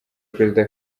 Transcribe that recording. perezida